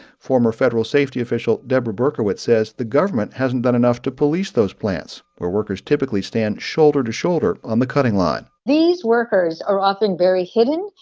former federal safety official deborah berkowitz says the government hasn't done enough to police those plants, where workers typically stand shoulder to shoulder on the cutting line these workers are often very hidden.